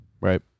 Right